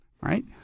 right